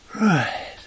Right